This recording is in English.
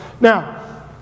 now